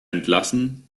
entlassen